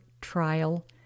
trial